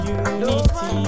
unity